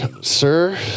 sir